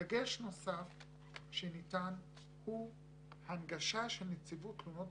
דגש נוסף שניתן הוא הנגשה של נציבות תלונות